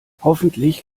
hoffentlich